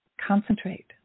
concentrate